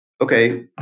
okay